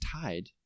tied